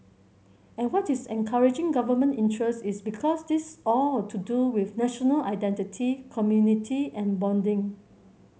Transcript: and what is encouraging Government interest is because this all to do with national identity community and bonding